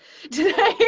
today